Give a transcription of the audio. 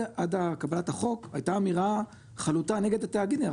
קבלת החוק הייתה אמירה חלוטה נגד הצעדים האלה.